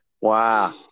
Wow